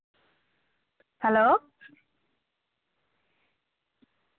hello